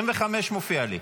25 מופיע לי.